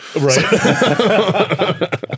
Right